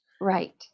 Right